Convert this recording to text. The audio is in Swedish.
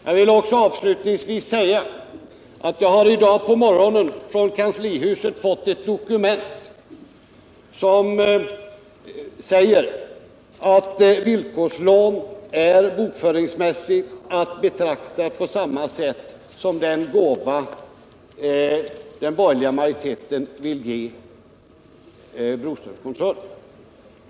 Jag vill också avslutningsvis säga att jag i dag på morgonen har fått ett dokument från kanslihuset som säger att villkorslån bokföringsmässigt är att betrakta på samma sätt som den gåva som den borgerliga majoriteten vill ge Broströmskoncernen.